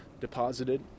deposited